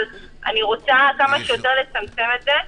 אבל אני רוצה כמה שיותר לצמצם את זה.